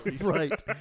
Right